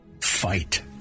Fight